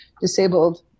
disabled